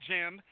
Jim